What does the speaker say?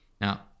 Now